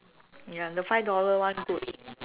ya the five dollar one good